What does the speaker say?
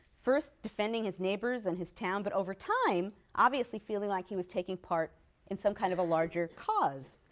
first defending his neighbors and his town, but over time obviously feeling like he was taking part in some kind of a larger cause.